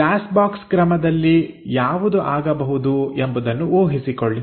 glass box ಕ್ರಮದಲ್ಲಿ ಯಾವುದು ಆಗಬಹುದು ಎಂಬುದನ್ನು ಊಹಿಸಿಕೊಳ್ಳಿ